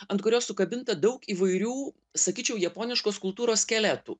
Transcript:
ant kurios sukabinta daug įvairių sakyčiau japoniškos kultūros skeletų